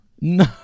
No